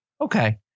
Okay